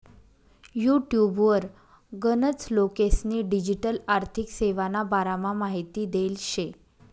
युटुबवर गनच लोकेस्नी डिजीटल आर्थिक सेवाना बारामा माहिती देल शे